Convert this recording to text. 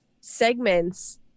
segments